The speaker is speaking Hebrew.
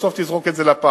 בסוף תזרוק את זה לפח,